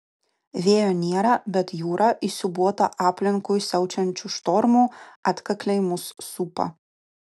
vėjo nėra bet jūra įsiūbuota aplinkui siaučiančių štormų atkakliai mus supa